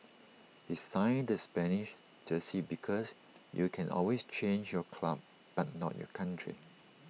he signed the Spanish jersey because you can always change your club but not your country